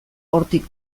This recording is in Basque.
hortik